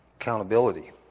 accountability